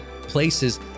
places